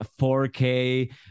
4K